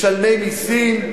משלמי מסים,